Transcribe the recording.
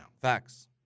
Facts